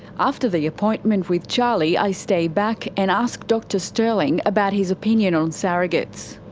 after the appointment with charli i stay back and ask dr stirling about his opinion on surrogates.